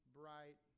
bright